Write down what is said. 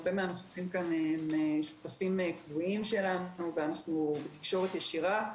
הרבה מהנוכחים כאן הם שותפים קבועים שלנו ואנחנו בתקשורת ישירה.